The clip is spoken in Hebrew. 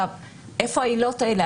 איפה העילות האלה?